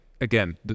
Again